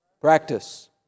Practice